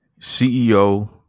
CEO